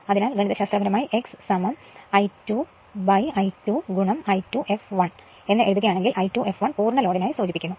അതിനാൽ ഗണിതശാസ്ത്രപരമായി x I2 I2 I2 fl എന്ന് എഴുതുകയാണെങ്കിൽ I2 fl എന്നത് പൂർണ്ണ ലോഡ് നെ സൂചിപ്പിക്കുന്നു